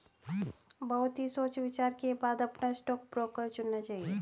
बहुत ही सोच विचार के बाद अपना स्टॉक ब्रोकर चुनना चाहिए